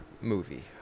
movie